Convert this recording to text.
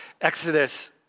Exodus